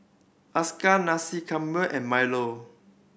Nasi Campur and milo